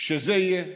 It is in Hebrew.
כשזה יהיה,